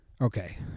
Okay